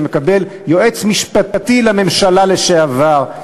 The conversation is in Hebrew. שמקבל יועץ משפטי לממשלה לשעבר,